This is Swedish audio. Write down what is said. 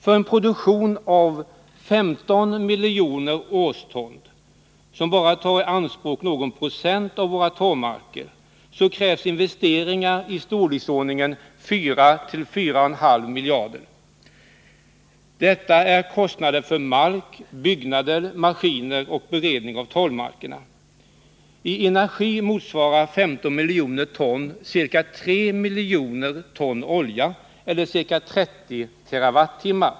För en produktion av 15 miljoner årston, som bara tar i anspråk någon procent av våra torvmarker, krävs investeringar av storleksordningen 4—4,5 miljarder. Detta är kostnaden för mark, byggnader, maskiner och beredning av torvmarkerna. I energi motsvarar 15 miljoner ton ca 3 miljoner ton olja eller ca 30 TWh.